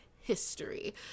history